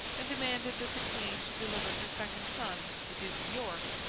and demanded that the queen should deliver her second son, the duke of york,